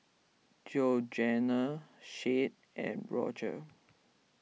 Georganna Shade and Rodger